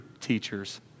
teachers